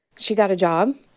she got a job,